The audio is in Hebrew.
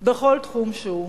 בכל תחום שהוא.